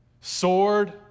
sword